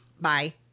bye